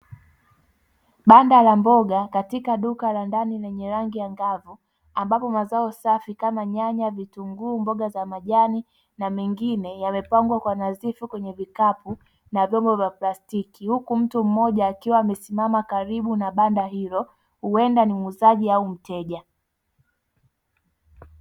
Banda la mboga katika duka la ndani lenye mwanga angavu ambapo mazao safi kama nyanya, vitunguu, mboga za majani na mengine yamepangwa kwa nadhifu kwenye vikapu na vyombo vya plastiki, huku mtu mmoja akiwa amesimama karibu na banda hilo, huenda ni muuzaji au mteja.